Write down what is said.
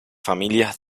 familias